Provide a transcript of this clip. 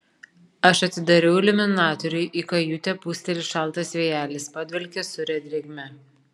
aš atidariau iliuminatorių į kajutę pūsteli šaltas vėjelis padvelkia sūria drėgme